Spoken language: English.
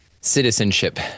citizenship